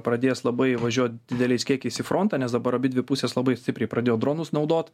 pradės labai įvažiuot dideliais kiekiais į frontą nes dabar abidvi pusės labai stipriai pradėjo dronus naudot